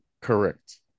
correct